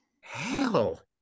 hell